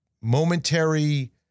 momentary